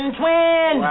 twin